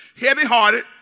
heavy-hearted